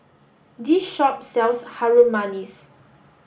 this shop sells Harum Manis